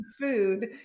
food